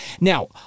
Now